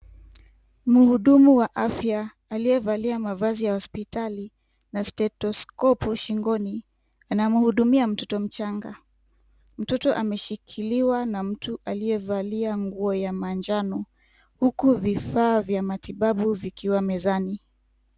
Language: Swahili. Mhudumu wa afya aliyevalia mavazi ya hospitali na stethoskopu shingoni , anamhudumia mtoto mchanga , mtoto ameshikiliwa na mtu aliyevalia nguo ya manjano huku vifaa vya matibabu vikiwa mezani.